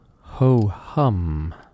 ho-hum